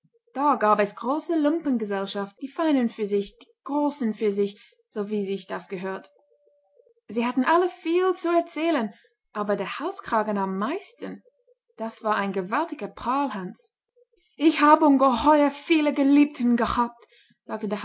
da gab es große lumpengesellschaft die feinen für sich die großen für sich so wie sich das gehört sie hatten alle viel zu erzählen aber der halskragen am meisten das war ein gewaltiger prahlhans ich habe ungeheuer viele geliebten gehabt sagte